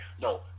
No